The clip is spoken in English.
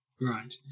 Right